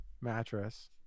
mattress